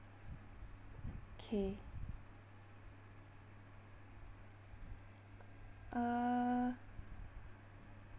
okay uh